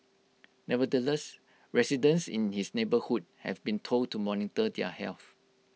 nevertheless residents in his neighbourhood have been told to monitor their health